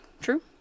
True